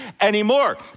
anymore